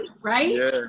right